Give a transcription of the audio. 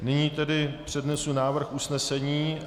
Nyní tedy přednesu návrh usnesení.